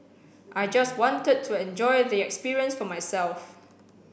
I just wanted to enjoy the experience for myself